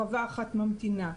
חווה אחת ממתינה.